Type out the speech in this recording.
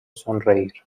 sonreír